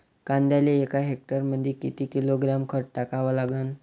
कांद्याले एका हेक्टरमंदी किती किलोग्रॅम खत टाकावं लागन?